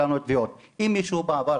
תחזור שנייה כדי שאני אעקוב.